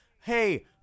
Hey